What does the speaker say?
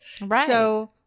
Right